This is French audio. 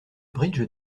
bridge